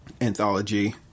anthology